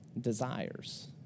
desires